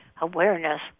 awareness